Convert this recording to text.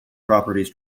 properties